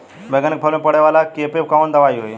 बैगन के फल में पड़े वाला कियेपे कवन दवाई होई?